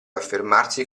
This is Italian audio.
affermarsi